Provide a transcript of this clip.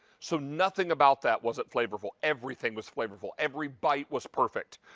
so nothing about that wasn't flavorful. everything was flavorful, every bite was perfect.